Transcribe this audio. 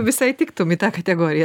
visai tiktum į tą kategoriją